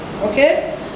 Okay